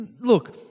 look